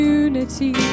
unity